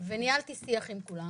וניהלתי שיח עם כולם